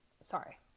Sorry